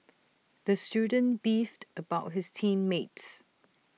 the student beefed about his team mates